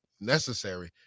necessary